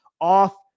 off